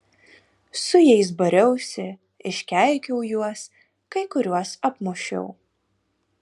su jais bariausi iškeikiau juos kai kuriuos apmušiau